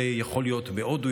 יכול להיות בהודו,